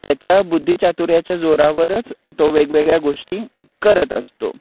त्याच्या बुद्धीचातुर्याच्या जोरावरच तो वेगवेगळ्या गोष्टी करत असतो